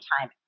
time